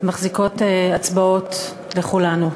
מחזיקות אצבעות לכולנו.